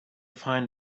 find